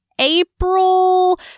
April